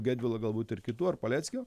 gedvilo galbūt ir kitų ar paleckio